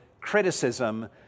criticism